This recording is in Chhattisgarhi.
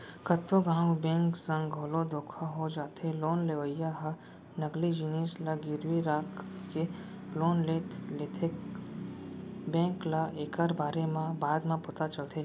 कतको घांव बेंक संग घलो धोखा हो जाथे लोन लेवइया ह नकली जिनिस ल गिरवी राखके लोन ले लेथेए बेंक ल एकर बारे म बाद म पता चलथे